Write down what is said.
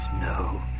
no